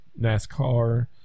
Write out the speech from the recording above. NASCAR